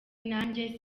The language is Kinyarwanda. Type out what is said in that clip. nanjye